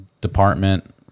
department